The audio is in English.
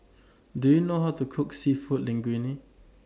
Do YOU know How to Cook Seafood Linguine